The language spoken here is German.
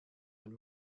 den